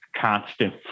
constant